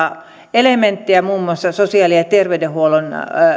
elementtejä muun muassa sosiaali ja ja terveydenhuollon